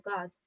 God